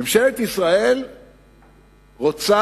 ממשלת ישראל רוצה